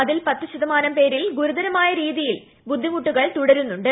അതിൽ പത്തു ശതമാനം പേരിൽ ഗുരുതരമായ രീതിയിൽ ബുദ്ധിമുട്ടുകൾ തുടരുന്നുണ്ട്